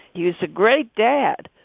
he was a great dad.